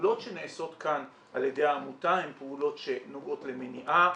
הפעולות שנעשות כאן על ידי העמותה הן פעולות שנוגעות למניעה,